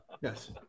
yes